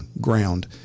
ground